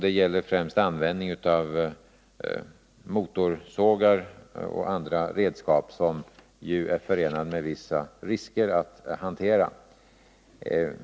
Det gäller främst användning av motorsågar och andra redskap som det är förenat med vissa risker att hantera.